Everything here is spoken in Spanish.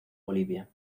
bolivia